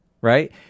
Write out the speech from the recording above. right